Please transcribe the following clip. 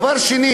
דבר שני,